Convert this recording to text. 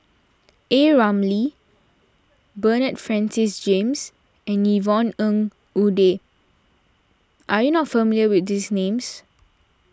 A Ramli Bernard Francis James and Yvonne Ng Uhde are you not familiar with these names